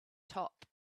top